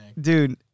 dude